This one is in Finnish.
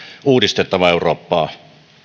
uudistettava eurooppaa